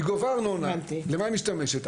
היא גובה ארנונה, למה היא משתמשת?